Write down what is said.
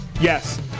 Yes